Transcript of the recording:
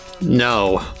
No